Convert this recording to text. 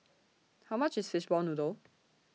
How much IS Fishball Noodle